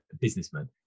businessman